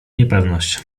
niepewność